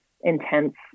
intense